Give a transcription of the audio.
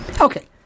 Okay